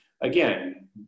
Again